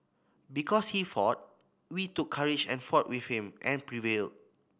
because he fought we took courage and fought with him and prevailed